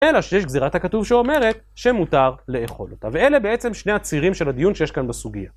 אלא שיש גזירת הכתוב שאומרת שמותר לאכול אותה. ואלה בעצם שני הצירים של הדיון שיש כאן בסוגייה.